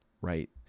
right